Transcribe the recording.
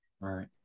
Right